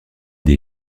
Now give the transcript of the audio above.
des